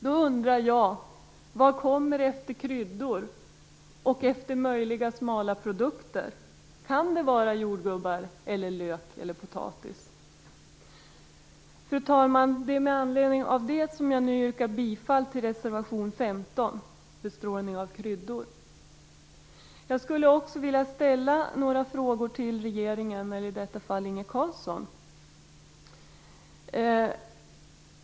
Jag undrar då vad som kommer efter kryddor och möjligen efter smala produkter. Kan det vara jordgubbar, lök eller potatis? Fru talman! Mot denna bakgrund yrkar jag nu bifall till reservation 15, bestrålning av kryddor. Jag skulle också vilja ställa några frågor till regeringen, men det får i detta fall bli till Inge Carlsson.